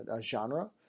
genre